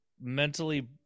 mentally